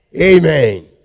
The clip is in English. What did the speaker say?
Amen